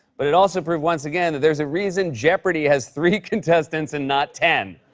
but it also proved once again that there's a reason jeopardy! has three contestants and not ten.